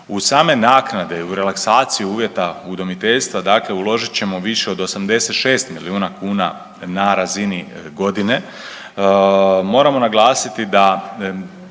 U same naknade, u relaksaciju uvjeta udomiteljstva, dakle uložit ćemo više od 86 milijuna kuna na razini godine. Moramo naglasiti da